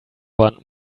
want